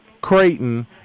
Creighton